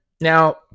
Now